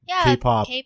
K-pop